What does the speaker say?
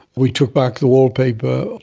we took back the wallpaper,